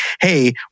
Hey